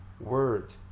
word